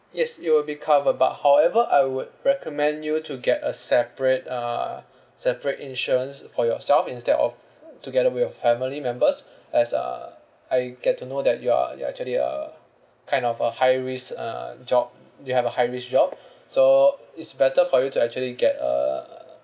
yes it will be cover but however I would recommend you to get a separate uh separate insurance for yourself instead of together with your family members as uh I get to know that you are you're actually uh kind of a high risk uh job you have a high risk job so is better for you to actually get uh